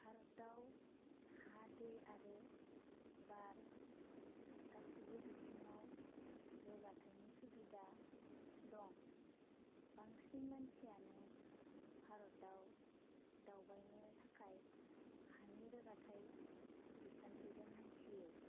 भारताव हा दै आरो बार गासैबो बिथिंआव रोगाथायनि सुबिदा दं बांसिन मानसियानो भारताव दावबायनो थाखाय हानि रोगाथाय बिखान्थिजों हान्थियो